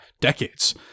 decades